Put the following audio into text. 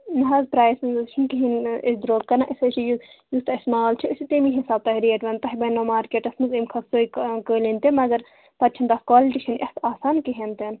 نہَ حظ پرٛایِس نہٕ حظ چھِنہٕ کِہیٖنٛۍ نہٕ أسۍ درٛۅگ کٕنان أسۍ حظ چھِ یہِ یُتھ اَسہِ مال چھُ أسۍ چھِ تَمی حسابہٕ تۄہہِ ریٹ ونان تۄہہِ بنہِ نو مارکٮ۪ٹَس منٛز اَمہِ کھۄتہٕ سرٛۅگۍ قٲلیٖن تہٕ مگر پَتہٕ چھِنہٕ تَتھ کالٹی چھِنہٕ اِتھ آسان کِہیٖنٛۍ تہِ نہٕ